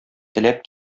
теләп